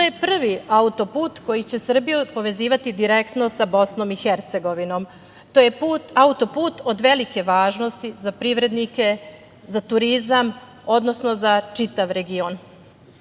To je prvi autoput koji će Srbiju povezivati direktno sa Bosnom i Hercegovinom. To je put, autoput od velike važnosti za privrednike, za turizam, odnosno za čitav region. Danas,